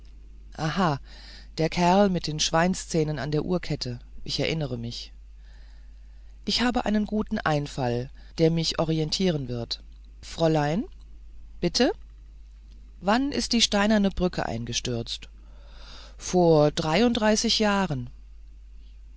aha der kerl mit den schweinszähnen an der uhrkette erinnere ich mich ich habe einen guten einfall der mich orientieren wird fräulein bitte wann ist die steinerne brücke eingestürzt vor dreiunddreißig jahren